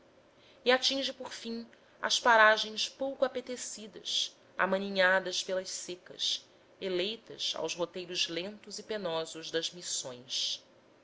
e atinge por fim as paragens pouco apetecidas amaninhadas pelas secas eleitas aos roteiros lentos e penosos das missões